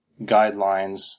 guidelines